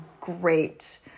great